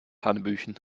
hanebüchen